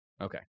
Okay